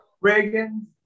Reagan